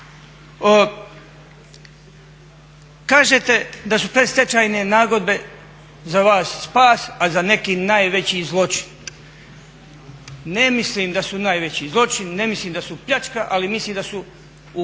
Kažete da su predstečajne nagodbe za vas spas, a za neke najveći zločin. Ne mislim da su najveći zločin, ne mislim da su pljačka, ali mislim da su ukočili